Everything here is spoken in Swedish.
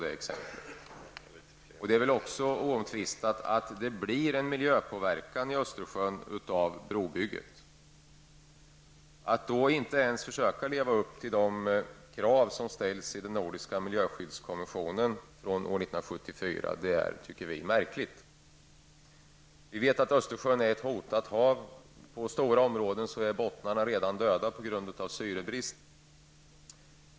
Det är också oomtvistat att det blir en miljöpåverkan i Östersjön av brobygget. Att man då inte ens försöker leva upp till de krav som ställs i den nordiska miljöskyddskonventionen från år 1974 är märkligt, tycker vi. Vi vet att Östersjön är ett hotat hav. Bottnarna är redan döda i stora områden på grund av syrebrist.